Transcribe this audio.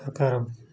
କାହା କାହାର